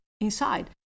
inside